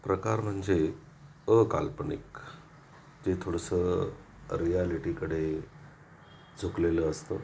प्रकार म्हणजे अकाल्पनिक जे थोडंसं रियालिटीकडे झुकलेलं असतं